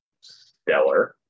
stellar